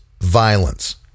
violence